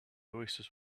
oasis